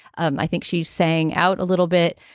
um i think she's saying out a little bit.